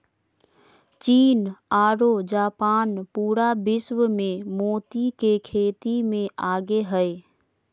चीन आरो जापान पूरा विश्व मे मोती के खेती मे आगे हय